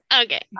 okay